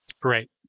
Great